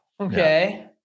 Okay